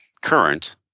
current